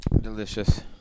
Delicious